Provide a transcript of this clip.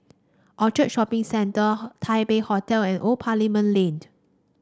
Orchard Shopping Center Taipei Hotel and Old Parliament Lane